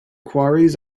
quarries